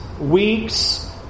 weeks